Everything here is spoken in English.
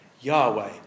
Yahweh